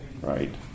right